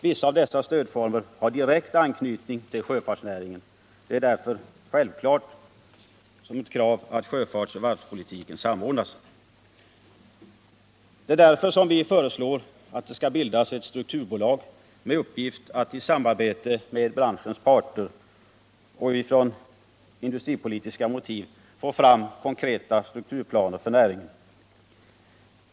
Vissa av dessa stödformer har direkt anknytning till sjöfartsnäringen, och därför är det ett självklart krav att sjöfartsoch varvspolitiken samordnas. Vi föreslår därför att det bildas ett strukturbolag med uppgift att i samarbete med branschens parter, och med industripolitiska motiv, försöka få fram konkreta strukturplaner för näringen.